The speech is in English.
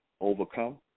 overcome